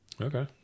Okay